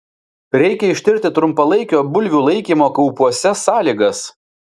reikia ištirti trumpalaikio bulvių laikymo kaupuose sąlygas